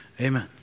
Amen